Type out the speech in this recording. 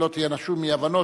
שלא תהיינה שום אי-הבנות,